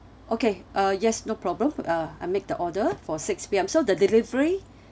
okay uh yes no problem uh I make the order for six P_M so the delivery